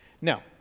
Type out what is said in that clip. Now